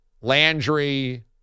Landry